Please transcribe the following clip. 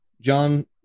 John